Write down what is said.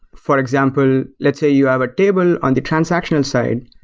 for example, let's say you have a table on the transactional side,